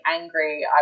angry